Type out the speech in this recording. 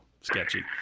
sketchy